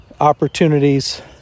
opportunities